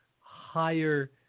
higher